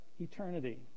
eternity